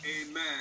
Amen